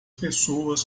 pessoas